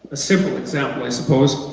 ah simple example, i suppose